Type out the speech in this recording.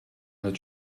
not